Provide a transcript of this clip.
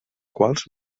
quals